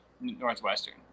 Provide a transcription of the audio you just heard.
Northwestern